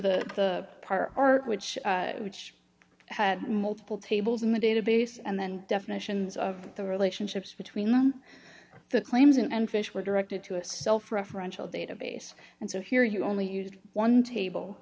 the prior art which which had multiple tables in the database and then definitions of the relationships between them the claims and fish were directed to a self referential database and so here you only used one table